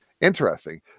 Interesting